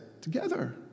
together